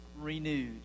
renewed